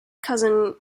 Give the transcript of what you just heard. cousin